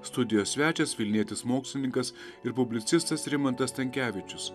studijos svečias vilnietis mokslininkas ir publicistas rimantas stankevičius